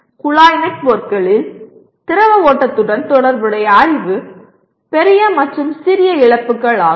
குழாய் நெட்வொர்க்குகளில் திரவ ஓட்டத்துடன் தொடர்புடைய அறிவு பெரிய மற்றும் சிறிய இழப்புகள் ஆகும்